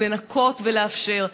ולנקות ולאפשר.